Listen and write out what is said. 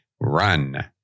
run